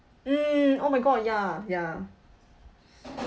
mm oh my god ya ya